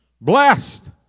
Blessed